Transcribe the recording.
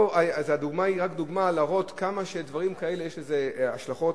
הדוגמה היא רק דוגמה להראות כמה דברים כאלה יש להם השלכות,